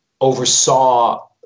oversaw